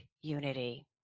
unity